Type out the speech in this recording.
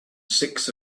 six